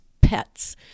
pets